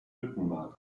rückenmark